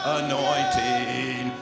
anointing